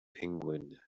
penguin